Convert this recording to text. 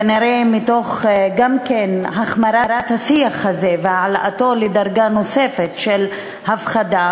כנראה גם כן מתוך החמרת השיח הזה והעלאתו לדרגה נוספת של הפחדה,